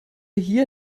hier